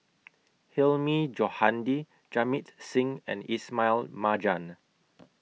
Hilmi Johandi Jamit Singh and Ismail Marjan